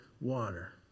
water